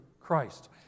Christ